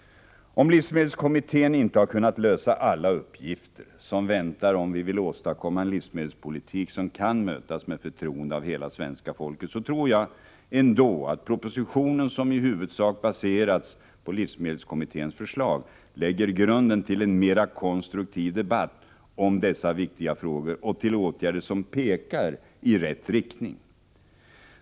Om livsmedelskommittén inte har kunnat lösa alla uppgifter som väntar om vi vill åstadkomma en livsmedelspolitik som kan mötas med förtroende av hela svenska folket, tror jag ändå att vi genom propositionen, som i huvudsak baserats på livsmedelskommitténs förslag, lägger grunden till en mera konstruktiv debatt om dessa viktiga frågor och till åtgärder som pekar i rätt riktning.